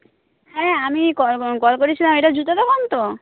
হ্যাঁ আমি কল করেছিলাম এটা জুতো দোকান তো